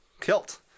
Kilt